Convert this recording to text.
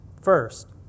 First